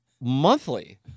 monthly